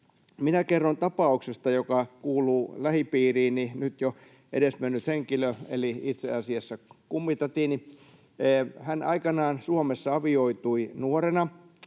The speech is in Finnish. kerron tapauksesta, joka kuuluu lähipiiriini, nyt jo edesmenneestä henkilöstä eli itse asiassa kummitädistäni: Hän aikanaan Suomessa avioitui nuorena,